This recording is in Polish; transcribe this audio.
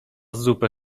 zupę